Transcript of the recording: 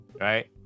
right